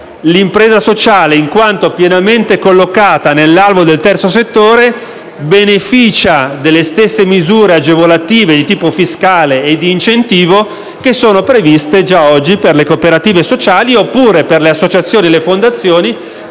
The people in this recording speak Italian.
l'impresa sociale, in quanto pienamente collocata nell'alveo del terzo settore, beneficia delle stesse misure agevolative di tipo fiscale e di incentivo che sono previste già oggi per le cooperative sociali oppure per le associazioni e le fondazioni